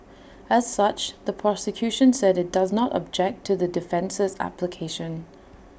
as such the prosecution said IT does not object to the defence's application